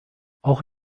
auch